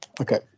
Okay